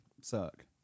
suck